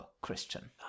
Christian